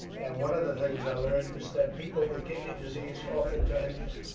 and one of the things i learned is that people with kidney disease, oftentimes,